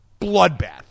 bloodbath